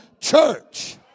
church